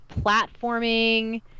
platforming